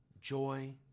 joy